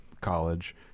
college